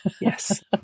Yes